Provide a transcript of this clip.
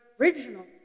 original